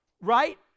right